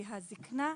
כי הזקנה,